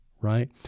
right